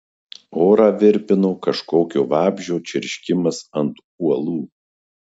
orą virpino kažkokio vabzdžio čirškimas ant uolų